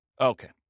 Okay